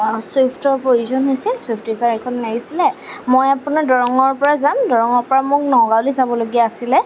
চুইফটৰ প্ৰয়োজন হৈছিল Swift Dzire এখন লাগিছিলে মই আপোনাৰ দৰঙৰ পৰা যাম দৰঙৰ পৰা মোক নগাঁৱলৈ যাবলগীয়া আছিলে